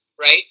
Right